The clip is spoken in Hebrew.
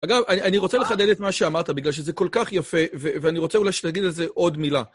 אגב, אני רוצה לחדד את מה שאמרת, בגלל שזה כל כך יפה, ואני רוצה אולי להגיד על זה עוד מילה.